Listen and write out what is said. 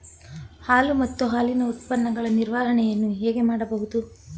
ಹಾಲು ಮತ್ತು ಹಾಲಿನ ಉತ್ಪನ್ನಗಳ ನಿರ್ವಹಣೆಯನ್ನು ಹೇಗೆ ಮಾಡಬಹುದು?